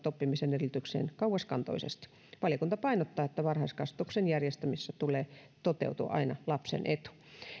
oppimisen edellytyksiin kauaskantoisesti valiokunta painottaa että varhaiskasvatuksen järjestämisessä tulee toteutua aina lapsen etu